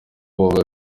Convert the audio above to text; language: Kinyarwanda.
bavuga